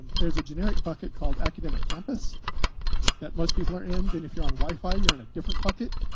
there's a generic bucket called academic campus that most people are in. then if you're on wi-fi, you're in a different bucket.